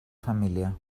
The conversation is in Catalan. família